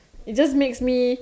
it just makes me